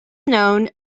known